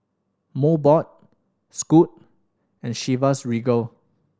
Mobot Scoot and Chivas Regal